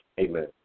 Amen